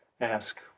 ask